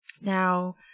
Now